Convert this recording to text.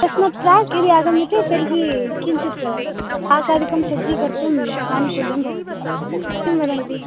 तस्मात् प्राक् यदि आगम्यते तर्हि किञ्चित् पाकादिख सज्जीकर्तुम् आनुकूल्यं भवति किं वदन्ति